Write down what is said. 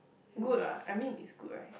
good [what] I mean it's good right